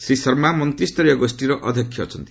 ଶ୍ରୀ ଶର୍ମା ମନ୍ତ୍ରୀସ୍ତରୀୟ ଗୋଷ୍ଠୀର ଅଧ୍ୟକ୍ଷ ଅଛନ୍ତି